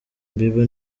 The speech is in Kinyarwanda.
bieber